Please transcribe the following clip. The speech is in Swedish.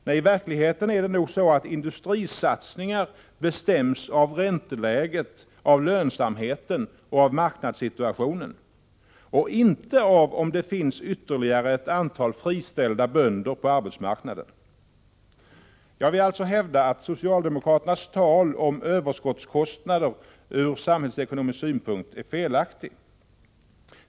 Nej, i verkligheten är det nog så att industrisatsningar bestäms av lönsamhet, ränteläge och marknadssituation — inte av om det finns ytterligare ett antal friställda bönder på arbetsmarknaden. Jag vill alltså hävda att socialdemokraternas tal om överskottskostnader ur samhällsekonomisk synpunkt är felaktigt.